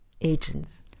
agents